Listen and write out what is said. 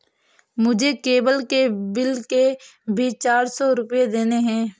मुझे केबल के बिल के भी चार सौ रुपए देने हैं